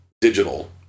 digital